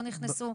לא נכנסו?